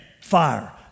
fire